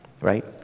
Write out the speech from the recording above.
Right